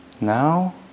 Now